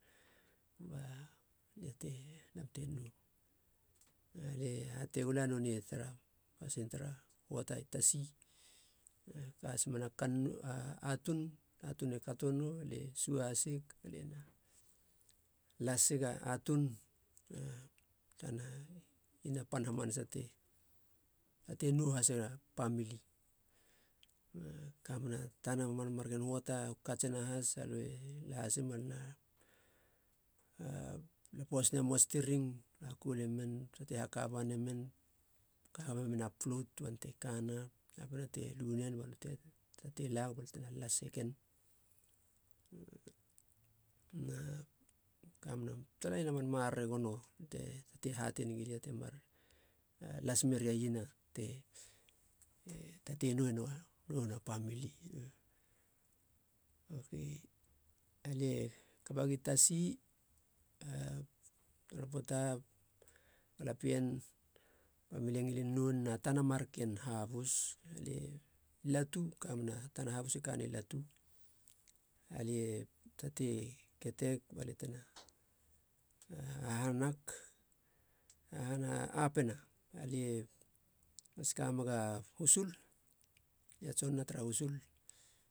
Ba lie te, lam te noum alie hate gula nonei tara pasin tara huata i tasi e ka has mena kannou atun, atun e kato nou alie sua hasig aliena lasega atun na tana iena pan hamanasa te tatei nou hasena pamili. Ka mena tana man marken huata, u katsena has aloe la hasim, alö na lapo has nemou a stiring hakoule men tsia te haka ba nemen haka memen a plout ban te kana napina te lu nen balö tateie lag bate na lase gen na ka mena taina mar maroro gono te tate hatei negi lia te mar las meri a iena te tatei noenou nouna pamili. Oke alie hakapa gi tasi a tana poata galapien pamili ngilin nou nena tana marken habus alie, latu kamena tana habus e kane latu, alie tatei keteg balia tena hahanag, hahana apena alie mas kamega husul lia tson na tara husul